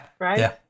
Right